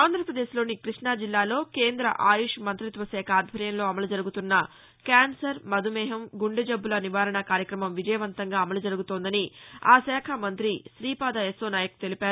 ఆంధ్రాపదేశ్లోని క్బష్టాజిల్లాలో కేంద ఆయుష్ మంతిత్వ శాఖ ఆధ్వర్యంలో అమలు జరుగుతున్న కాస్సర్ మధుమేహ గుందె జబ్బుల నివారణ కార్యక్రమం విజయవంతంగా అమలు జరుగుతోందని ఆ శాఖ మంతి శ్రీపాద యస్సో నాయక్ తెలిపారు